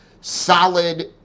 solid